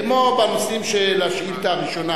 כמו בנושאים של השאילתא הראשונה,